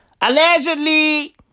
Allegedly